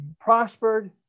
prospered